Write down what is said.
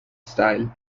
style